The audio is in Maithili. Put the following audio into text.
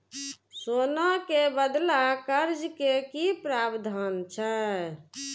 सोना के बदला कर्ज के कि प्रावधान छै?